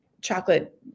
chocolate